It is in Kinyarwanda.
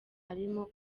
arimo